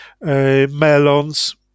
melons